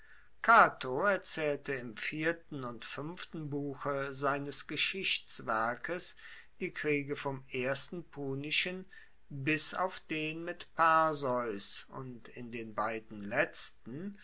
cato erzaehlte im vierten und fuenften buche seines geschichtswerkes die kriege vom ersten punischen bis auf den mit perseus und in den beiden letzten